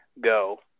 Go